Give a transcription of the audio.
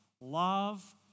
love